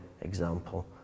example